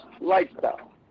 lifestyle